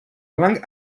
langue